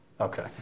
Okay